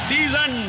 Season